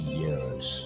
years